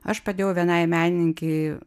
aš padėjau vienai menininkei